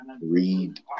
Read